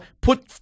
put –